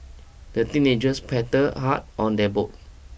the teenagers paddled hard on their boat